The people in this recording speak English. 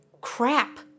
crap